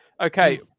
Okay